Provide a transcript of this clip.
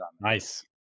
Nice